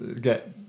get